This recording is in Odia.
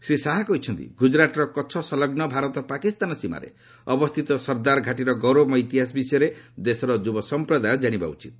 ଶ୍ରୀ ଶାହା କହିଛନ୍ତି ଗୁକୁରାଟ୍ର କଚ୍ଛ ସଂଲଗ୍ନ ଭାରତ ପାକିସ୍ତାନ ସୀମାରେ ଅବସ୍ଥିତ ସର୍ଦ୍ଦାର ଘାଟିର ଗୌରବମୟ ଇତିହାସ ବିଷୟରେ ଦେଶର ଯୁବ ସମ୍ପ୍ରଦାୟ ଜାଣିବା ଉଚିତ